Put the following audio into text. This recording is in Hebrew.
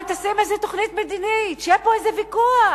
אבל תשים איזה תוכנית מדינית שיהיה פה איזה ויכוח.